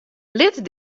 lit